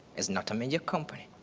it's not a major company,